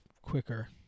Quicker